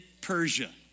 Persia